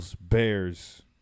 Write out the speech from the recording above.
Bears